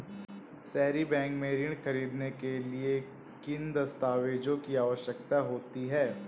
सहरी बैंक से ऋण ख़रीदने के लिए किन दस्तावेजों की आवश्यकता होती है?